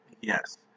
Yes